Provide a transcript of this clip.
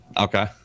Okay